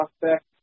prospect